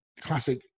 classic